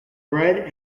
red